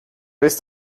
ist